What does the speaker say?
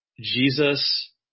Jesus